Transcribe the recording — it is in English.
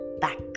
back